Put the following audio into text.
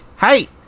Hey